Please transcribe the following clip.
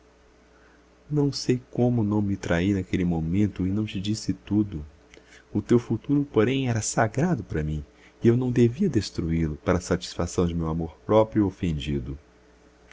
não sei como não me traí naquele momento e não te disse tudo o teu futuro porém era sagrado para mim e eu não devia destruí lo para satisfação de meu amor próprio